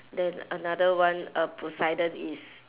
then another one uh poseidon is